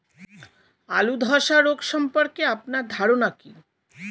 আলু ধ্বসা রোগ সম্পর্কে আপনার ধারনা কী?